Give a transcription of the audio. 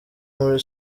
muri